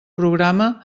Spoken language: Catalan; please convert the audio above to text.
programa